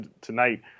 tonight